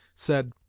said,